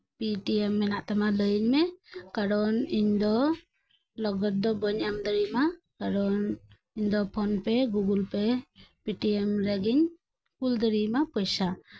Paytm ᱢᱮᱱᱟᱜ ᱛᱟᱢᱟ ᱞᱮᱹᱭᱮᱹᱧ ᱢᱮ ᱠᱟᱨᱚᱱ ᱤᱧ ᱫᱚ ᱞᱚᱜᱚᱫ ᱫᱚ ᱵᱟᱹᱧ ᱮᱢ ᱫᱟᱲᱮᱣᱟᱢᱟ ᱠᱟᱨᱚᱱ ᱤᱧ ᱫᱚ ᱯᱷᱳᱱ ᱯᱮ ᱜᱩᱜᱳᱞ ᱯᱮ ᱯᱮᱴᱤᱭᱮᱢ ᱨᱮᱜᱤᱧ ᱠᱩᱞ ᱫᱟᱧᱮᱭᱟᱢᱟ ᱯᱚᱭᱥᱟ